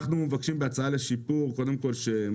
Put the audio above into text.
אנחנו מבקשים בהצעה לשיפור קודם כל,